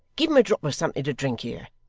give him a drop of something to drink here.